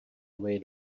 away